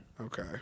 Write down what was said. okay